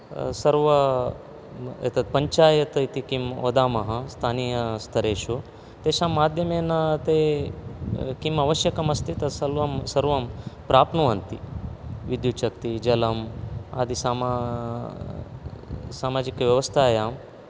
सर्वं एतत् पञ्चायत् इति किं वदामः स्थानीयस्थरेषु तेषां माध्यमेन ते किम् आवश्यकम् अस्ति तत् सर्वं सर्वं प्राप्नुवन्ति विद्युत्शक्तिः जलं आदि सामा सामाजिकव्यवस्थायाम्